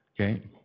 Okay